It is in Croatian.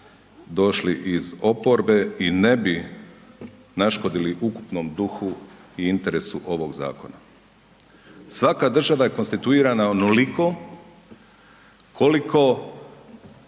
došli iz oporbe i ne bi naškodili ukupnom duhu i interesu ovog zakona. Svaka država je konstituirana onoliko koliko